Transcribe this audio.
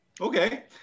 Okay